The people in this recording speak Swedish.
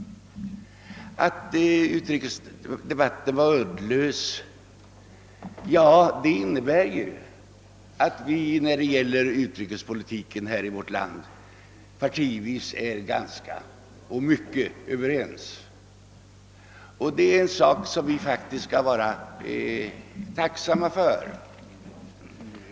Att utrikesdebatten är uddlös innebär ju att vi här i landet i fråga om utrikespolitiken inom partierna är i mycket överens. Det är en sak som vi faktiskt skall vara tacksamma för.